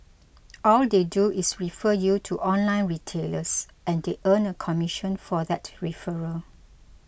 all they do is refer you to online retailers and they earn a commission for that referral